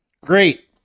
Great